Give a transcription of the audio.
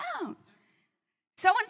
So-and-so